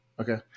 Okay